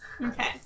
Okay